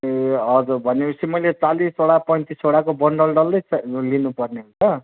ए हजुर भनेपछि मैले चालिसवटा पैँतिसवटाको बन्डल डल्लै लिनुपर्ने हुन्छ